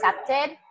accepted